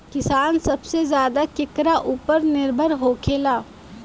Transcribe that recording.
किसान सबसे ज्यादा केकरा ऊपर निर्भर होखेला?